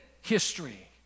history